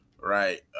right